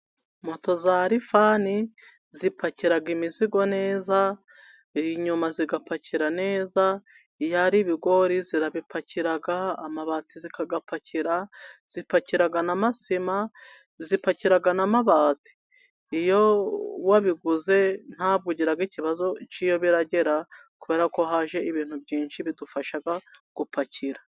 Moto za lifani zipakira imizigo neza biri inyuma zigapakira neza, iyari ibigori zirabipakira, amabati zikayapakira, zipakira n' amasima, zipakira na mabati iyo wabiguze ntabwo ugira ikibazo cy' iyo biragera kubera ko haje ibintu byinshi bidufasha gupakira.